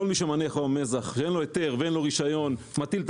כל מי שמניח היום מזח שאין לו היתר ואין לו רישיון מטיל את